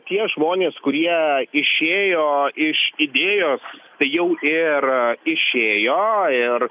tie žmonės kurie išėjo iš idėjos tai jau ir išėjo ir